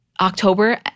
October